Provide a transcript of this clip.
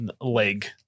Leg